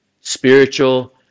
spiritual